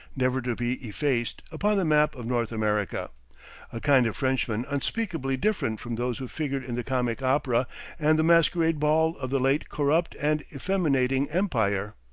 never to be effaced, upon the map of north america a kind of frenchman unspeakably different from those who figured in the comic opera and the masquerade ball of the late corrupt and effeminating empire.